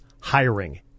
hiring